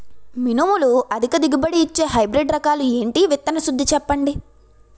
మినుములు అధిక దిగుబడి ఇచ్చే హైబ్రిడ్ రకాలు ఏంటి? విత్తన శుద్ధి చెప్పండి?